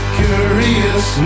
curious